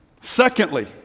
Secondly